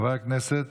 חבר הכנסת